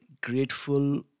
grateful